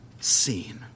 seen